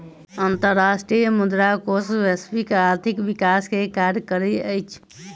अंतर्राष्ट्रीय मुद्रा कोष वैश्विक आर्थिक विकास के कार्य करैत अछि